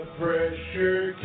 pressure